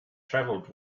travelled